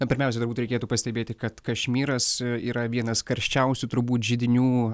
na pirmiausia turbūt reikėtų pastebėti kad kašmyras yra vienas karščiausių turbūt židinių